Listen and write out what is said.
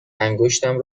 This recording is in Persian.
انگشتم